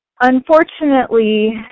unfortunately